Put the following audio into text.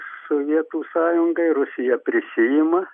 sovietų sąjungai rusija prisiima